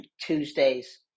Tuesday's